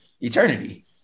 Eternity